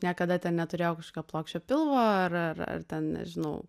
niekada ten neturėjau kažkokio plokščio pilvo ar ar ar ten nežinau